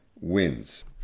wins